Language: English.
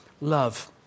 love